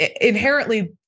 inherently